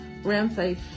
ramsey